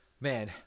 man